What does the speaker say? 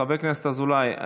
חבר הכנסת אזולאי,